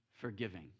forgiving